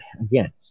again